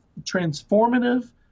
transformative